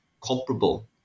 comparable